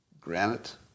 Granite